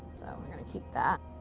so we're going to keep that.